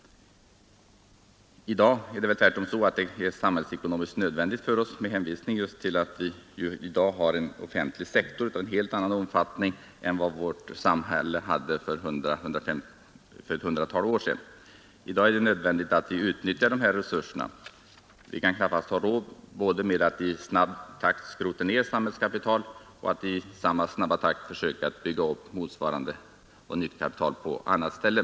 I dag är det väl tvärtom — med hänvisning just till att vi har en offentlig sektor av en helt annan omfattning än man hade för ett hundratal år sedan — nödvändigt att utnyttja dessa resurser. Vi kan knappast ha råd att i snabb takt skrota samhällskapital och i samma snabba takt försöka bygga upp motsvarande nya kapital på annat ställe.